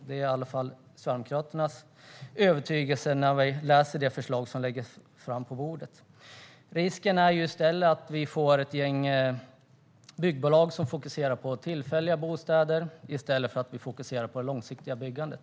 Det är i alla fall Sverigedemokraternas övertygelse när vi läser det förslag som har lagts fram på bordet. Risken är att vi får ett antal byggbolag som fokuserar på tillfälliga bostäder i stället för att fokusera på det långsiktiga byggandet.